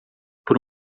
por